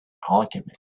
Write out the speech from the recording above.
alchemist